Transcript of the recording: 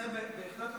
לזה אני בהחלט מסכים.